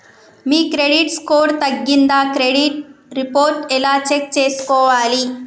మీ credit score తగ్గిందా credit report ఎలా check చేసుకోవాలి?